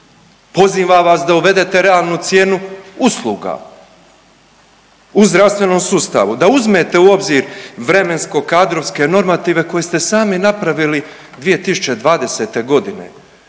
Pozivam vas uvedete realnu cijenu usluga u zdravstvenom sustavu, da uzmete u obzir vremensko-kadrovske normative koje ste sami napravili 2020 godine.